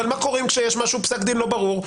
אבל מה קורה כשיש פסק דין לא ברור?